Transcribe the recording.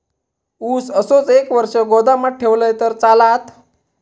ऊस असोच एक वर्ष गोदामात ठेवलंय तर चालात?